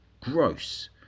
gross